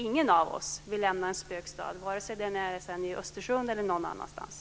Ingen av oss vill ha en spökstad - i Östersund eller någon annanstans.